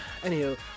Anywho